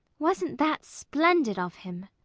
wasn't that splendid of him?